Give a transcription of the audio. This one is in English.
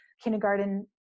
kindergarten